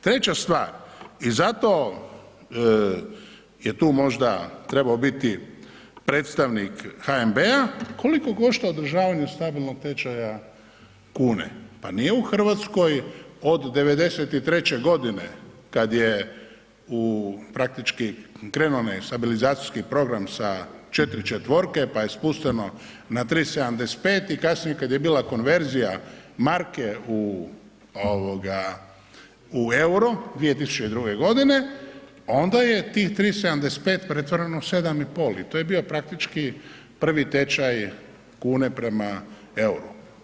Treća stvar, i zato je tu možda trebao biti predstavnik HNB-a, koliko košta održavanje stabilnog tečaja kune, pa nije u Hrvatskoj od '93. godine kad je u, praktički krenuo onaj stabilizacijski program sa 4 četvorke, pa je spušteno na 3,75 i kasnije kad je bila konverzija marke u ovoga u EUR-o 2002. godine onda je tih 3,75 pretvoreno u 7,5 i to je bio praktički prvi tečaj kune prema EUR-u.